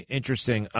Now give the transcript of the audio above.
Interesting